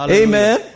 amen